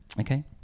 Okay